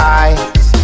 eyes